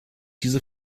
diese